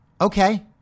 okay